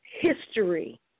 history